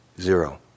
Zero